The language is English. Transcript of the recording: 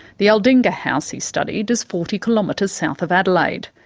the aldinga house he studied is forty kilometres south of adelaide.